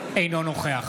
אינו נוכח